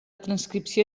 transcripció